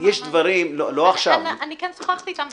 יש דברים --- אני כן שוחחתי איתם,